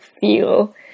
feel